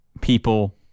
people